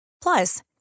Plus